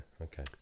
okay